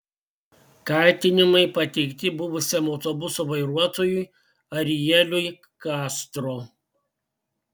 kaltinimai pateikti buvusiam autobuso vairuotojui arieliui kastro